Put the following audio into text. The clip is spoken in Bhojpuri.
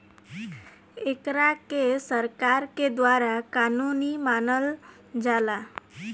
एकरा के सरकार के द्वारा कानूनी मानल जाला